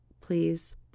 Please